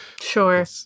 Sure